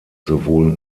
sowohl